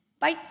Bye